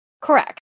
Correct